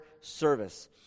service